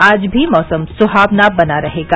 आज भी मौसम सुहावना बना रहेगा